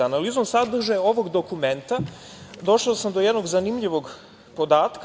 Analizom sadržaja ovog dokumenta došao sam do jednog zanimljivog podatka.